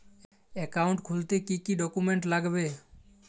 Account খুলতে কি কি ডকুমেন্ট লাগবে?